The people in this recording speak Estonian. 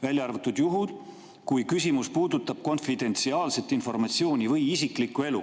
välja arvatud juhud, kui küsimus puudutab konfidentsiaalset informatsiooni või isiklikku elu."